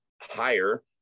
higher